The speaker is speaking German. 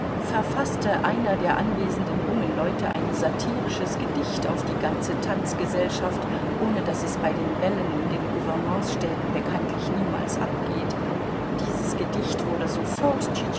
verfaßte einer der anwesenden jungen leute ein satirisches gedicht auf die ganze tanzgesellschaft ohne das es bei den bällen in den gouvernementsstädten bekanntlich niemals abgeht dieses gedicht wurde sofort